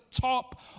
top